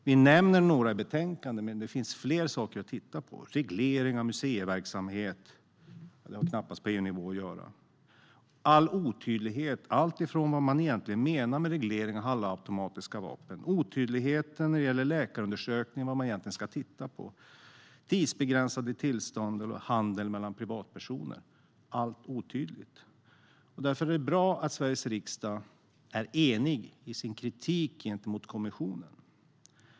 Det nämns några i betänkandet, men det finns fler saker att titta på. Reglering av museiverksamhet har knappast på EU-nivå att göra. Det är otydligt vad man egentligen menar med reglering av halvautomatiska vapen, när det gäller vad man ska bedöma vid läkarundersökningar, tidsbegränsade tillstånd och handel mellan privatpersoner - allt detta är otydligt. Därför är det bra att Sveriges riksdag är enig i sin kritik gentemot kommissionen.